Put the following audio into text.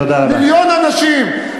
מיליון אנשים.